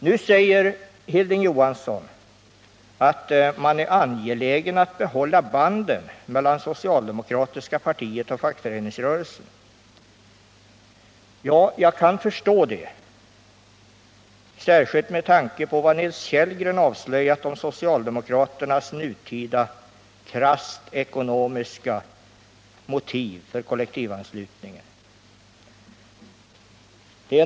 Nu säger Hilding Johansson att han är angelägen om att behålla bandet mellan det socialdemokratiska partiet och fackföreningsrörelsen. Ja, jag kan förstå det, särskilt med tanke på vad Nils Kellgren avslöjat om socialdemokraternas nutida krasst ekonomiska motiv för kollektivanslutningen.